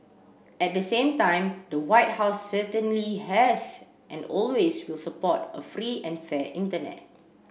at the same time the White House certainly has and always will support a free and fair internet